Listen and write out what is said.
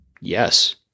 Yes